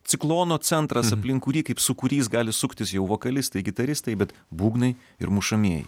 ciklono centras aplink kurį kaip sūkurys gali suktis jau vokalistai gitaristai bet būgnai ir mušamieji